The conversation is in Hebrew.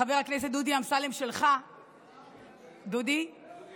חבר הכנסת דודי אמסלם, דודי, דודי?